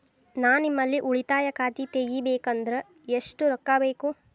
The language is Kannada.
ನಾ ನಿಮ್ಮಲ್ಲಿ ಉಳಿತಾಯ ಖಾತೆ ತೆಗಿಬೇಕಂದ್ರ ಎಷ್ಟು ರೊಕ್ಕ ಬೇಕು?